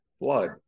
blood